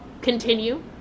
continue